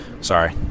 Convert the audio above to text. sorry